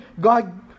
God